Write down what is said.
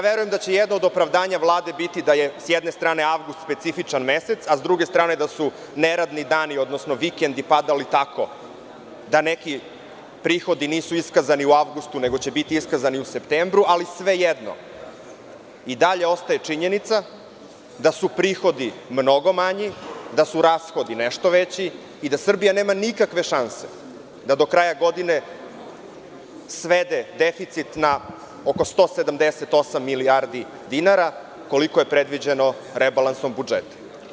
Verujem da će jedno od opravdanja Vlade biti da je s jedne strane avgust specifičan mesec, a sa druge strane da su neradni dani, odnosno vikendi padali tako da neki prihodi nisu iskazani u avgustu, nego će biti iskazani u septembru, ali svejedno, i dalje ostaje činjenica da su prihodi mnogo manji, da su rashodi nešto veći i da Srbija nema nikakve šanse da do kraja godine svede deficit na oko 178 milijardi dinara, koliko je predviđeno rebalansom budžeta.